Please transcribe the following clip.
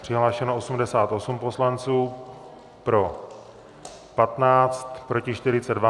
Přihlášeno 88 poslanců, pro 15, proti 42.